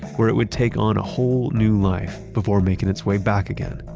where it would take on a whole new life before making its way back again.